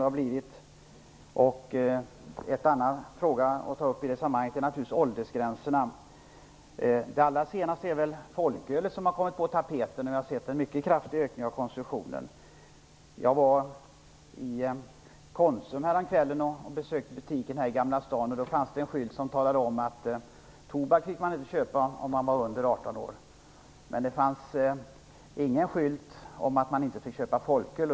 En annan fråga i detta sammanhang är åldergränserna. Det allra senaste som har kommit på tapeten är folkölet, där vi har fått se en mycket kraftig ökning av konsumtionen. Jag var häromkvällen i en konsumbutik i Gamla stan, där det på en skylt stod att man inte får köpa tobak, om man är under 18 år. Det fanns dock ingen skylt om att man inte fick köpa folköl.